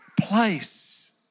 place